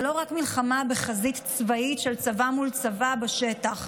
זה לא רק מלחמה בחזית צבאית, של צבא מול צבא בשטח.